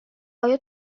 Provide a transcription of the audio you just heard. آیا